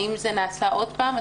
האם זה נעשה עוד פעם?